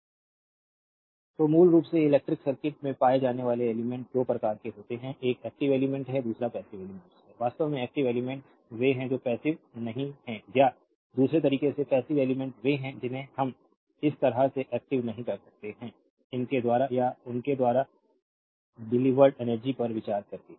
slide time देखें 0449 तो मूल रूप से इलेक्ट्रिक सर्किट में पाए जाने वाले एलिमेंट्स 2 प्रकार के होते हैं एक एक्टिव एलिमेंट्स है दूसरा पैसिव एलिमेंट्स है वास्तव में एक्टिव एलिमेंट्स वे हैं जो पैसिव नहीं हैं या दूसरे तरीके से पैसिव एलिमेंट्स वे हैं जिन्हें हम इस तरह से एक्टिव नहीं कर सकते हैं उनके द्वारा या उनके द्वारा देलीवेरेद एनर्जी पर विचार करके